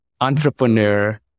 entrepreneur